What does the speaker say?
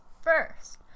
first